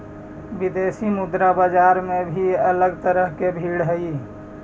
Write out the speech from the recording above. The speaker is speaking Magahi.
विदेशी मुद्रा बाजार में भी अलग तरह की भीड़ हई